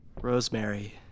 Rosemary